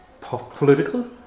political